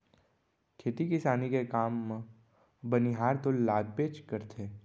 खेती किसानी के काम म बनिहार तो लागबेच करथे